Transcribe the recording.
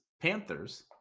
Panthers